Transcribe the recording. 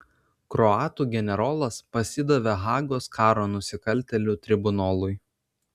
kroatų generolas pasidavė hagos karo nusikaltėlių tribunolui